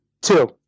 Two